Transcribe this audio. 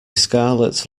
scarlet